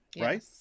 right